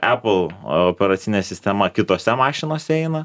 apple operacinė sistema kitose mašinose eina